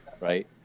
Right